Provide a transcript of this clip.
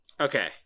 Okay